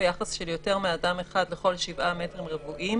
ביחס של יותר מאדם אחד לכל 7 מטרים רבועים,